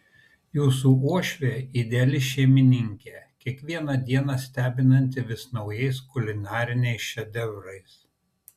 jūsų uošvė ideali šeimininkė kiekvieną dieną stebinanti vis naujais kulinariniais šedevrais